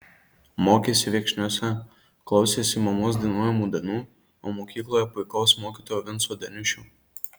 mokėsi viekšniuose klausėsi mamos dainuojamų dainų o mokykloje puikaus mokytojo vinco deniušio